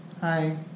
Hi